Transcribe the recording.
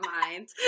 mind